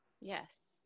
Yes